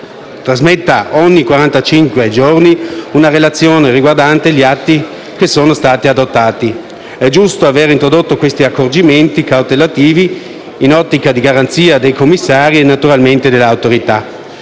quarantacinque giorni una relazione riguardante gli atti che sono stati adottati. È giusto aver introdotto questi accorgimenti cautelativi in un'ottica di garanzia dei commissari e naturalmente dell'Autorità.